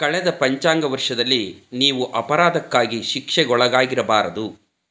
ಕಳೆದ ಪಂಚಾಂಗ ವರ್ಷದಲ್ಲಿ ನೀವು ಅಪರಾಧಕ್ಕಾಗಿ ಶಿಕ್ಷೆಗೊಳಗಾಗಿರಬಾರದು